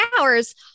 hours